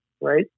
right